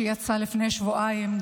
שיצא לפני שבועיים,